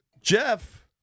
Jeff